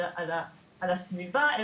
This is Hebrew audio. על הסביבה,